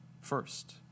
first